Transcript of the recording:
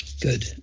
good